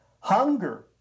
hunger